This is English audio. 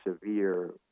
severe